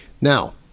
Now